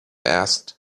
asked